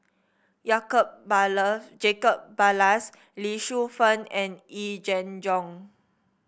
Baller Jacob Ballas Lee Shu Fen and Yee Jenn Jong